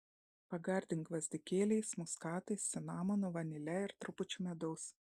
pagardink gvazdikėliais muskatais cinamonu vanile ir trupučiu medaus